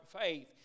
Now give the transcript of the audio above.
faith